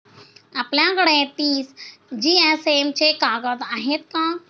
आपल्याकडे तीस जीएसएम चे कागद आहेत का?